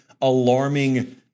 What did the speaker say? alarming